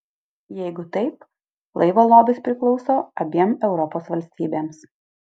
jeigu taip laivo lobis priklauso abiem europos valstybėms